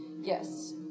Yes